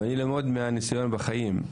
מניסיון החיים,